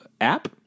app